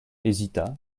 hésita